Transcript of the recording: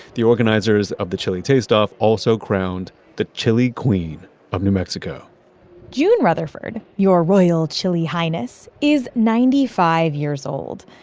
the organizers of the chili taste-off also crowned the chile queen of new mexico june rutherford, your royal chile highness, is ninety five years old.